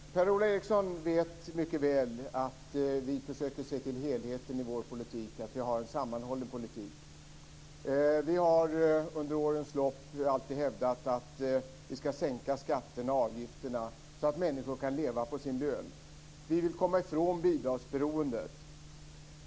Herr talman! Per-Ola Eriksson vet mycket väl att vi försöker att se till helheten i vår politik, att vi har en sammanhållen politik. Under årens lopp har vi alltid hävdat att skatter och avgifter skall sänkas så att människor kan leva på sin lön. Vi vill komma ifrån bidragsberoendet.